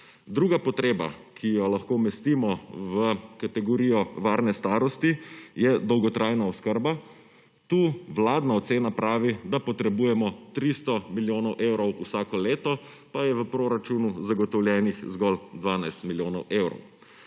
druga potreba, ki jo lahko umestimo v kategorijo varne starosti, je dolgotrajna oskrba. Tukaj Vladna ocena pravi, da potrebujemo 300 milijonov evrov vsako leto, pa je v proračunu zagotovljenih zgolj 12 milijonov evrov.